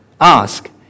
Ask